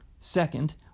Second